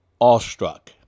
awestruck